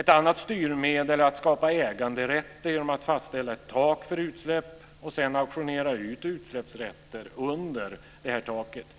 Ett annat styrmedel är att skapa äganderätter genom att fastställa ett tak för utsläpp och sedan auktionera ut utsläppsrätter under detta tak.